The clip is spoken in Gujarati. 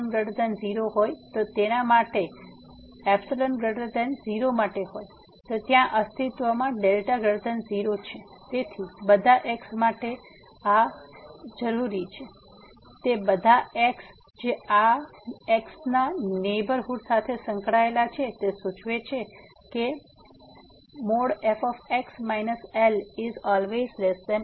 જો દરેક ϵ0 માટે હોય તો ત્યાં અસ્તિત્વમાં δ0 છે તેથી બધા x માટે તેથી તે બધા x જે આ x ના આ નેહબરહુડ સાથે સંકળાયેલા છે તે સૂચવે છે કે fx LL